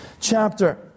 chapter